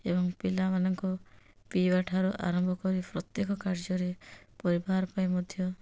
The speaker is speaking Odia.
ଏବଂ ପିଲାମାନଙ୍କୁ ପିଇବାଠାରୁ ଆରମ୍ଭ କରି ପ୍ରତ୍ୟେକ କାର୍ଯ୍ୟରେ ପରିବାର ପାଇଁ ମଧ୍ୟ